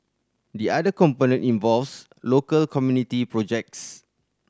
the other component involves local community projects